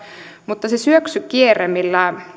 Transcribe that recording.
mutta se syöksykierre millä